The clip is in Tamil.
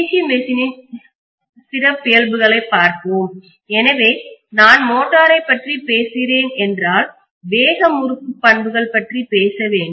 சி மெஷினின்இயந்திரத்தின் சிறப்பியல்புகளைப் பார்ப்போம் எனவே நான் மோட்டரைப் பற்றி பேசுகிறேன் என்றால் வேக முறுக்கு பண்புகள் பற்றி பேச வேண்டும்